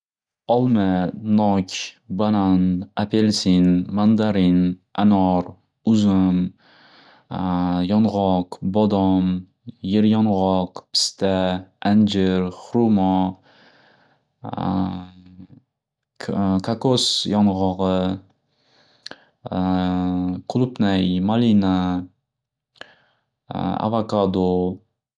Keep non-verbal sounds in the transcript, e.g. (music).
Olma, nok, banan, apelsin, mandarin, anor, uzum (hesitation) yong'oq, bodom, yer yong'oq, pista, anjir, xurmo (hesitation) ka- kakos yong'og'I (hesitation) qulupnay, malina (hesitation) avakado.